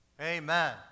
Amen